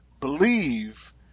believe